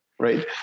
Right